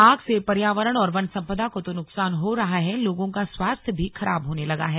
आग से पर्यावरण और वन संपदा को तो नुकसान हो रही रहा है लोगों का स्वास्थ्य भी खराब होने लगा है